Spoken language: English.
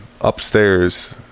upstairs